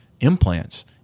implants